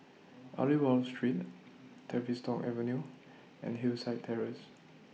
Aliwal Street Tavistock Avenue and Hillside Terrace